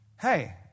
hey